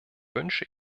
wünsche